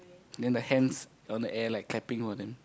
then the hands on the air like clapping for them